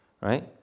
right